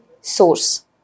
source